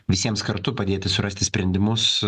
visiems kartu padėti surasti sprendimus